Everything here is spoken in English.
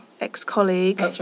ex-colleague